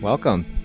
Welcome